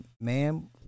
ma'am